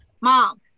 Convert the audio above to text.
Mom